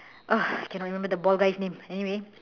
ugh cannot remember the bald guy's name anyway